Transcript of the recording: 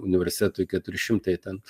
universitetui keturi šimtai ten